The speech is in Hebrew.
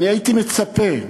אני הייתי מצפה מהאמריקנים,